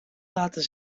laten